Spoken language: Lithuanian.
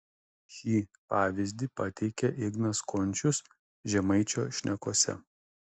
šį pavyzdį pateikia ignas končius žemaičio šnekose